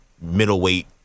middleweight